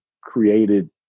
created